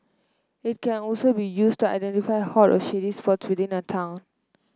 it can also be used to identify hot or shady within a town